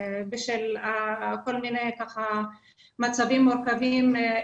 בשל כל מיני מצבים מורכבים,